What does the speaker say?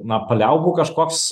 na paliaubų kažkoks